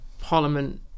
Parliament